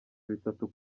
bitatu